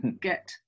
get